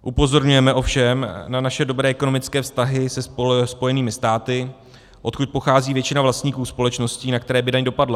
Upozorňujeme ovšem na naše dobré ekonomické vztahy se Spojenými státy, odkud pochází většina vlastníků společností, na které by daň dopadla.